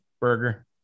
burger